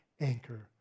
anchor